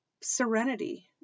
serenity